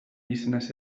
izenaz